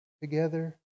together